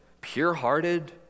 pure-hearted